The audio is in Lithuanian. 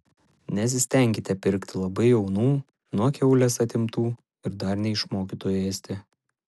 nesistenkite pirkti labai jaunų nuo kiaulės atimtų ir dar neišmokytų ėsti